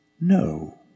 No